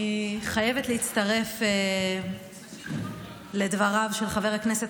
אני חייבת להצטרף לדבריו של חבר הכנסת